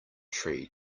tree